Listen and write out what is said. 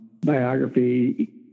biography